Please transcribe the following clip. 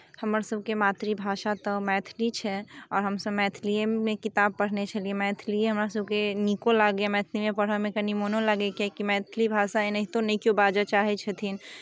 हमरसभके मातृभाषा तऽ मैथिली छै आओर हमसभ मैथलिएमे किताब पढ़ने छलियै मैथिली हमरासभके नीको लागैए मैथिलीमे पढ़यमे कनि मोनो लगैए किआकि मैथिली भाषा एनाहितो केओ नहि बाजय चाहै छथिन